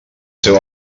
seu